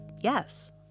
yes